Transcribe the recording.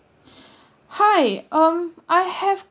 hi um I have